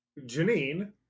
Janine